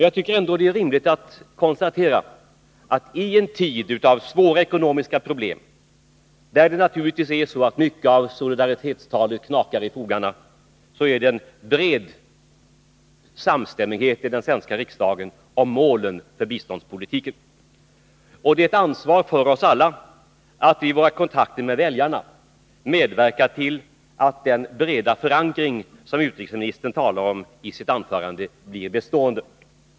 Jag tycker att det är viktigt att konstatera, att i en tid av svåra ekonomiska problem, då det naturligtvis är risk att mycket av solidaritetstalet så att säga knakar i fogarna, råder det en bred samstämmighet i den svenska riksdagen om målen för biståndspolitiken. Och det är ett ansvar för oss alla att vi i våra kontakter med väljarna medverkar till att den breda förankring som utrikesministern talade om i sitt anförande blir bestående.